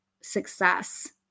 success